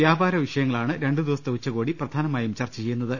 വ്യാപാര വിഷയങ്ങ ളാണ് രണ്ട് ദിവസത്തെ ഉച്ചകോടി പ്രധാനമായും ചർച്ച ചെയ്യുന്ന ത്